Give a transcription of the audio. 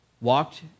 walked